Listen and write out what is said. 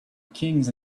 kings